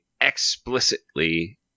Explicitly